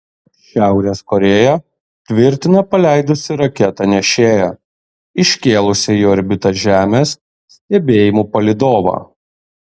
šiaurės korėja tvirtina paleidusi raketą nešėją iškėlusią į orbitą žemės stebėjimų palydovą